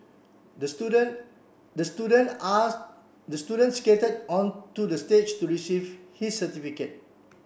the student the student are the student skated on to the stage to receive his certificate